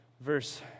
verse